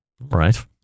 Right